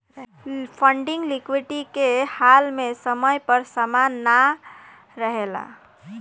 funding liquidity के हाल में समय पर समान के ना रेहला